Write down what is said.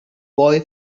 boy